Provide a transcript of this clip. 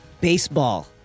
Baseball